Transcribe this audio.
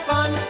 Fun